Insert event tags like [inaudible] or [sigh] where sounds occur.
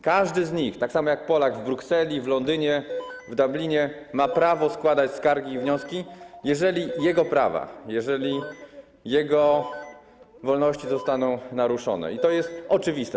Każdy z nich, tak samo jak Polak w Brukseli, w Londynie, [noise] w Dublinie ma prawo składać skargi i wnioski, jeżeli jego prawa, jeżeli jego wolności zostaną naruszone, i to jest oczywiste.